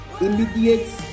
immediate